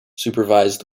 supervised